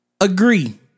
agree